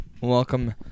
Welcome